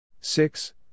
six